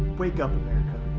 wake up, america.